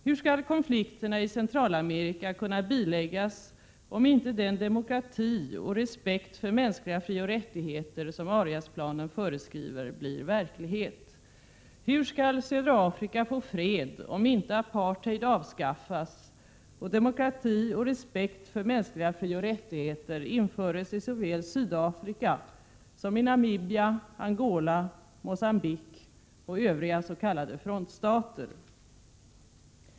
Hur skall konflikterna i Centralamerika kunna biläggas om inte den demokrati och respekt för mänskliga frioch rättigheter som Ariasplanen föreskriver blir verklighet? Hur skall södra Afrika få fred om inte apartheid avskaffas och demokrati och respekt för mänskliga frioch rättigheter införs såväl i Sydafrika som i Namibia, Angola, Mogambique och övriga s.k. frontstater.